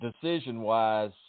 decision-wise